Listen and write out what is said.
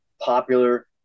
popular